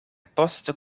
poste